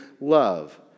love